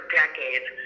decades